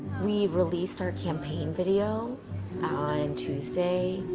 we released our campaign video on tuesday,